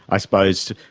i suppose,